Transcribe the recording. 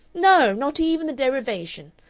no! not even the derivation!